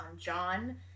John